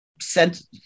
sent